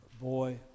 Boy